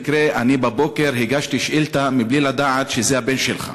הבוקר הגשתי שאילתה מבלי לדעת שזה הבן שלך.